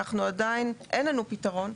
עדיין אין לנו פתרון.